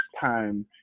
time